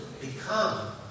become